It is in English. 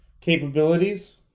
capabilities